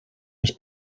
les